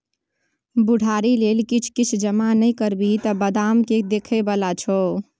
बुढ़ारी लेल किछ किछ जमा नहि करबिही तँ बादमे के देखय बला छौ?